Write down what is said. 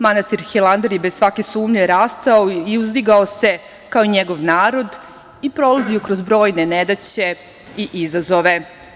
Manastir Hilandar je bez svake sumnje rastao i uzdigao se kao i njegov narod i prolazio kroz brojne nedaće i izazove.